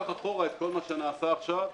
ייקח אחורה כל מה שנעשה עד עכשיו,